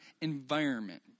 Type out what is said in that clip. environment